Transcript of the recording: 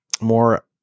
more-